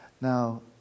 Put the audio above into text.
Now